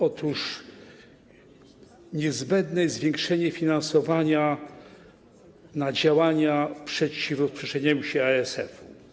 Otóż niezbędne jest zwiększenie finansowania działania przeciw rozprzestrzenianiu się ASF-u.